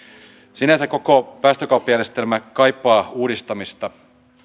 sinänsä koko päästökauppajärjestelmä kaipaa uudistamista